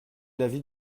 l’avis